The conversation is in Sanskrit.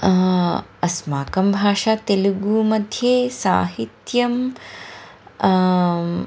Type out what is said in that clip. अस्माकं भाषा तेलुगु मध्ये साहित्यं